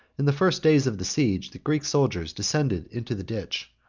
in the first days of the siege the greek soldiers descended into the ditch,